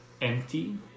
empty